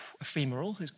ephemeral